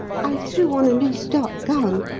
i threw on a loose, dark gown,